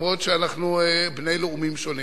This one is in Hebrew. למרות שאנחנו בני לאומים שונים.